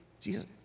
Jesus